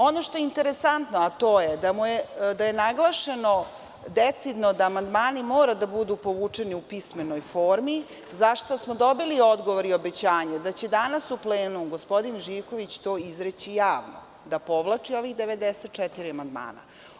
Ono što je interesantno, a to je da je naglašeno decidno da amandmani moraju da budu povučeni u pismenoj formi za šta smo dobili odgovor i obećanje da će danas u plenumu gospodin Živković to i izreći javno da povlači ovih 94 amandmana.